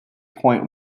point